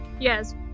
Yes